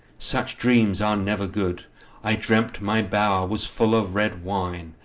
such dreames are never good i dreamt my bower was full of red wine,